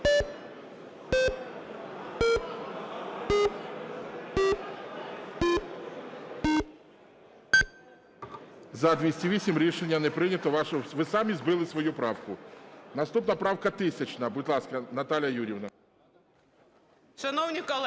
За-208 Рішення не прийнято. Ви самі збили свою правку. Наступна правка 1000. Будь ласка, Наталіє Юріївно.